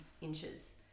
inches